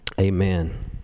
Amen